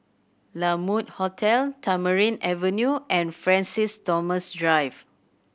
La Mode Hotel Tamarind Avenue and Francis Thomas Drive